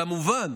כמובן,